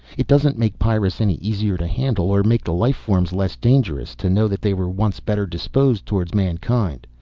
it doesn't make pyrrus any easier to handle, or make the life forms less dangerous, to know that they were once better disposed towards mankind.